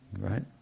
Right